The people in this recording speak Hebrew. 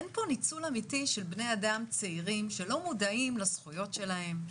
אין פה ניצול אמיתי של בני אדם צעירים שלא מודעים לזכויות שלהם,